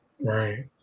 Right